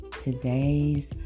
today's